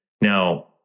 Now